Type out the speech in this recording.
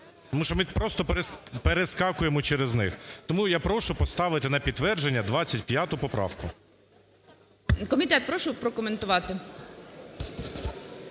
Тому що ми просто перескакуємо через них. Тому я прошу поставити на підтвердження 25 поправку. ГОЛОВУЮЧИЙ. Комітет, прошу прокоментувати.